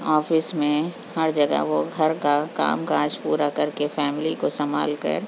office میں ہر جگہ وہ گھر کا کام کاج پورا کر کے فیملی کو سنبھال کر